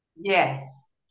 Yes